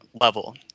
level